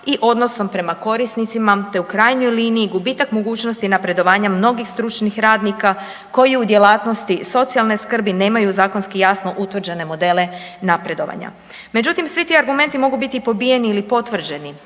i odnosom prema korisnicima, te u krajnjoj liniji, gubitak mogućnosti napredovanja mnogih stručnih radnika koji u djelatnosti socijalne skrbi nemaju zakonski jasno utvrđene modele napredovanja. Međutim svi ti argumenti mogu biti pobijeni ili potvrđeni,